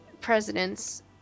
presidents